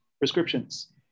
prescriptions